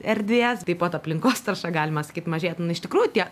erdvės taip pat aplinkos tarša galima sakyt mažėtų nu iš tikrųjų tie